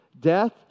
death